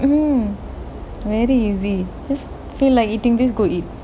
mm very easy just feel like eating just go eat